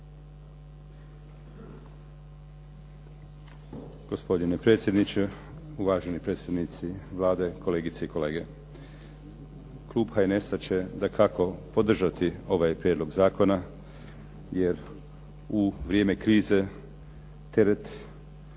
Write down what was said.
Gospodine predsjedniče, uvaženi predstavnici Vlade, kolegice i kolege. Klub HNS-a će dakako podržati ovaj prijedlog zakona, jer u vrijeme krize teret